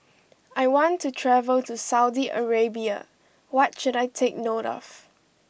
I want to travel to Saudi Arabia what should I take note of